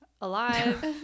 alive